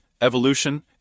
evolution